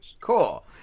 Cool